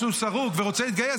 שהוא סרוג ורוצה להתגייס,